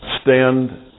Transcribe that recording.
stand